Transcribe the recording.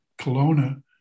Kelowna